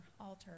altar